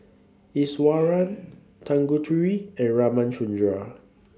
Iswaran Tanguturi and Ramchundra